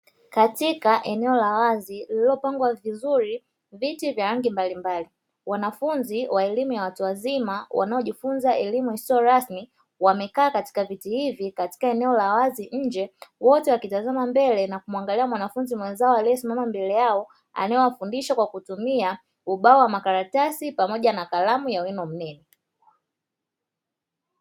Katika eneo la wazi lililopangwa vizuri viti vya rangi mbalimbali, wanafunzi wa elimu ya watu wazima wanaojifunza elimu isiyo rasmi, wamekaa katika viti hivi katika eneo la wazi nje wote wakitazama mbele na kumwangalia mwanafunzi mwenzao aliyesimama mbele yao, anayewafundisha kwa kutumia ubao wa makaratasi pamoja na kalamu ya wino mnene.